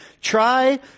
Try